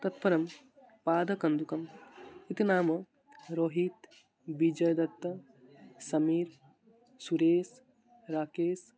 तत्परं पादकन्दुकम् इति नाम रोहितः बीजय्दत्ता समीरः सुरेशः राकेशः